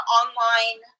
online